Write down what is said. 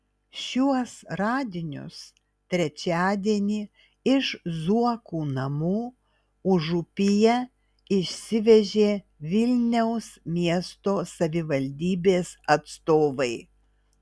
šiuos radinius trečiadienį iš zuokų namų užupyje išsivežė vilniaus miesto savivaldybės atstovai